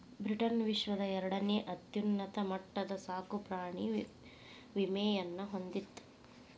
Britain ವಿಶ್ವದ ಎರಡನೇ ಅತ್ಯುನ್ನತ ಮಟ್ಟದ ಸಾಕುಪ್ರಾಣಿ ವಿಮೆಯನ್ನ ಹೊಂದಿತ್ತ